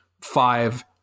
five